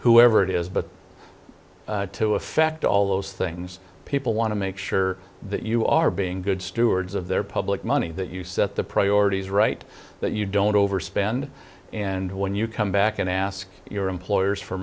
whoever it is but to affect all those things people want to make sure that you are being good stewards of their public money that you set the priorities right that you don't overspend and when you come back and ask your employers for